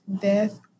death